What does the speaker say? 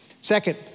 Second